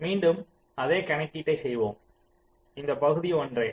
மீண்டும் அதே கணக்கீட்டைச் செய்வோம் இந்த பகுதி ஒன்றே